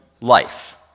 life